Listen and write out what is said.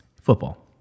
football